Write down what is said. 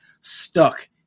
stuck